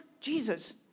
Jesus